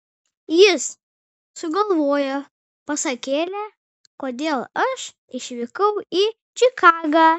jis sugalvojo pasakėlę kodėl aš išvykau į čikagą